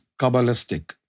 Kabbalistic